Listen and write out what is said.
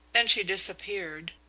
then she disappeared.